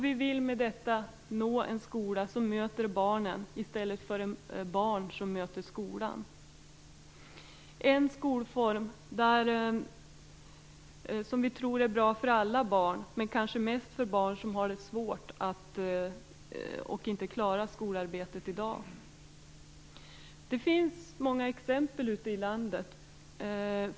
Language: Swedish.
Vi vill med detta nå en skola som möter barnen i stället för att barn möter skolan. Det är en skolform som vi tror är bra för alla barn, men kanske mest för barn som har det svårt och inte klarar skolarbetet i dag. Det finns många exempel ute i landet.